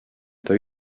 pas